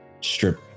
strip